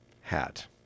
hat